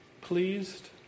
pleased